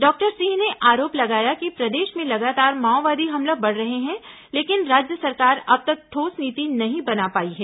doctor Singh ने आरोप लगाया कि प्रदेश में लगातार माओवादी हमला बढ़ रहे हैं लेकिन राज्य सरकार अब तक ठोस नीति नहीं बना पाई है